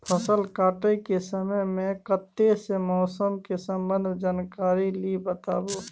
फसल काटय के समय मे कत्ते सॅ मौसम के संबंध मे जानकारी ली बताबू?